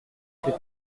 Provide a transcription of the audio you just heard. sais